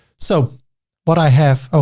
so what i have, ah